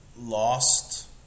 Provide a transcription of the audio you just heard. Lost